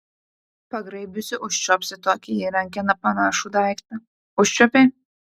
pagraibiusi užčiuopsi tokį į rankeną panašų daiktą užčiuopei